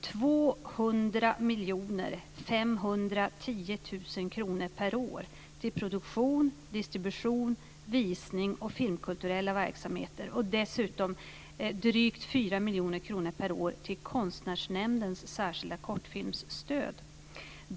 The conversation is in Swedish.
200 510 000 kronor per år går till produktion, distribution, visning och filmkulturella verksamheter, dessutom drygt 4 miljoner kronor per år till Konstnärsnämndens särskilda kortfilmsstöd.